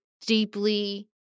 deeply